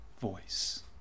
voice